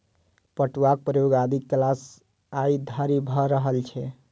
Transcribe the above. पटुआक प्रयोग आदि कालसँ आइ धरि भ रहल छै